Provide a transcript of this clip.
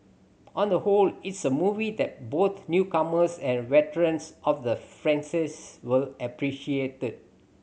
on the whole it's a movie that both newcomers and veterans of the will appreciate